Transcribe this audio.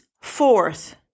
fourth